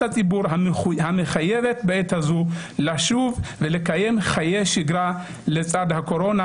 הציבור המחייבת בעת הזו לשוב ולקיים חיי שגרה לצד הקורונה.